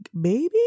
baby